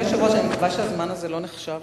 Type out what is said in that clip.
אדוני היושב-ראש, אני מקווה שהזמן הזה לא נחשב לי.